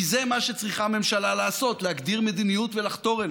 כי זה מה שצריכה הממשלה לעשות: להגדיר מדיניות ולחתור אליה,